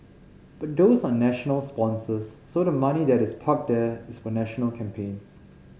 but those are national sponsors so the money that is parked there is for national campaigns